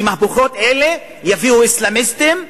שמהפכות אלה יביאו אסלאמיסטים,